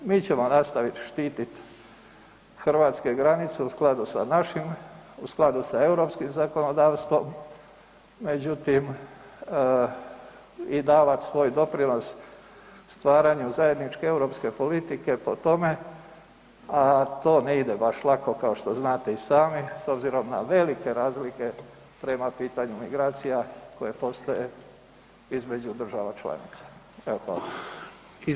Mi ćemo nastaviti štitit hrvatske granice u skladu sa našim, u skladu sa europskim zakonodavstvom međutim i davat svoj doprinos stvaranju zajedničke europske politike po tome a to ne ide baš lako kao što znate i sami s obzirom na velike razlike prema pitanju migracija koje postoje između država članica.